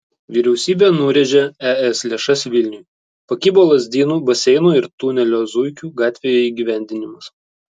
vyriausybė nurėžė es lėšas vilniui pakibo lazdynų baseino ir tunelio zuikių gatvėje įgyvendinimas